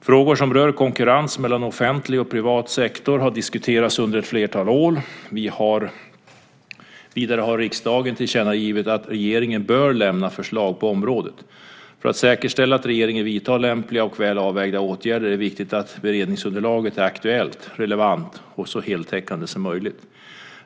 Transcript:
Frågor som rör konkurrens mellan offentlig och privat sektor har diskuterats under ett flertal år. Vidare har riksdagen tillkännagivit att regeringen bör lämna förslag på området. För att säkerställa att regeringen vidtar lämpliga och väl avvägda åtgärder är det viktigt att beredningsunderlaget är aktuellt, relevant och så heltäckande som möjligt.